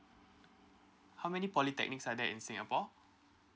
how many polytechnics are there in singapore